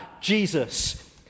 Jesus